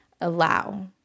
allow